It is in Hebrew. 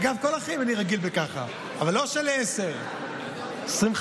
אגב, כל החיים אני רגיל לזה, אבל לא של 10, 25